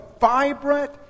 vibrant